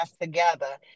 together